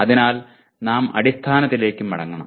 അതിനാൽ നാം അടിസ്ഥാനത്തിലേക്ക് മടങ്ങണം